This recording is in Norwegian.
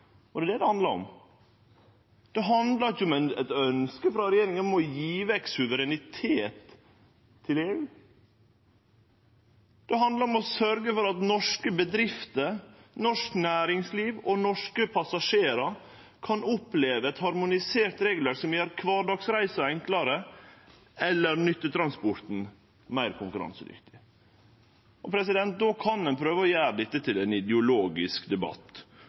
Det er det det handlar om. Det handlar ikkje om eit ønske frå regjeringa om å gje vekk suverenitet til EU. Det handlar om å sørgje for at norske bedrifter, norsk næringsliv og norske passasjerar kan oppleve eit harmonisert regelverk som gjer kvardagsreisa enklare eller nyttetransporten meir konkurransedyktig. Og då kan ein prøve å gjere dette til ein ideologisk debatt